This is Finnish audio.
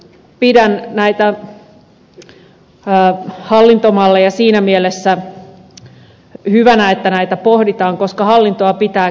itse pidän näitä hallintomalleja siinä mielessä hyvinä että näitä pohditaan koska hallintoa pitää keventää